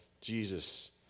Jesus